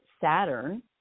Saturn